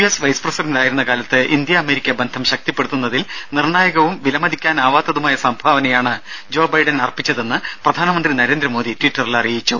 S vice പ്രസിഡന്റായിരുന്ന കാലത്ത് India America ബന്ധം ശക്തിപ്പെടുത്തുന്നതിൽ നിർണായകവും വിലമതിക്കാനാവാത്തതുമായ സംഭാവനയാണ് ജോ ബൈഡൻ അർപ്പിച്ചതെന്ന് പ്രധാനമന്ത്രി നരേന്ദ്രമോദി ട്വിറ്ററിൽ അറിയിച്ചു